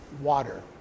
water